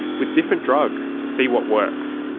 with different drugs to see what works.